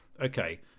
okay